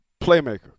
Playmaker